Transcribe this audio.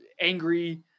angry